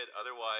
otherwise